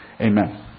Amen